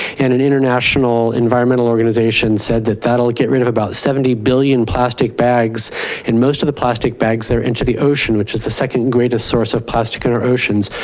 and an international environmental organization said that that'll get rid of about seventy billion plastic bags and most of the plastic bags there enter the ocean, which is the second greatest source of plastic in our oceans.